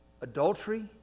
adultery